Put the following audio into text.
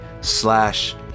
slash